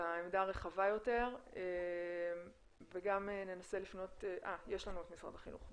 העמדה הרחבה יותר ויש לנו את משרד החינוך.